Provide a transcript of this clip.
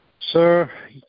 Sir